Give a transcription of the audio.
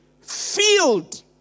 filled